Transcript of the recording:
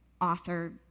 author